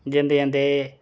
जंदे जंदे